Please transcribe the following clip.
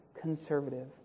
conservative